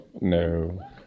no